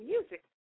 Music